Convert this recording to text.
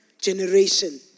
generation